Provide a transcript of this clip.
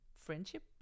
Friendship